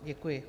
Děkuji.